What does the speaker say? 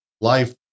life